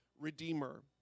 Redeemer